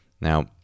Now